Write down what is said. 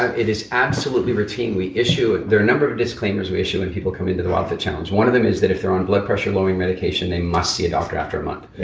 it is absolutely routine we issue. there are a number of disclaimers we issue when people come into the wildfit challenge. one of them is that if they're on blood pressure lowering medication, they must see a doctor after a month,